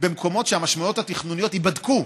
במקומות שהמשמעויות התכנוניות ייבדקו,